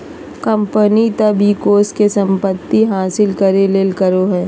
company तब इ कोष के संपत्ति हासिल करे ले करो हइ